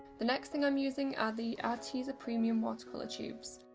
the next thing i'm using are the arteza premium watercolour tubes.